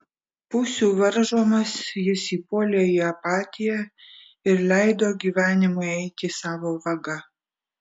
pusių varžomas jis įpuolė į apatiją ir leido gyvenimui eiti savo vaga